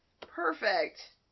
Perfect